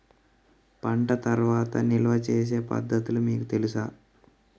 పంట తర్వాత నిల్వ చేసే పద్ధతులు మీకు తెలుసా?